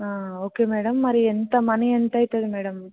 okay madam మరి ఎంత money ఎంత అవుతుంది మ్యాడమ్